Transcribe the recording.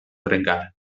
trencar